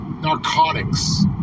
narcotics